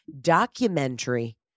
documentary